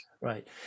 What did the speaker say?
right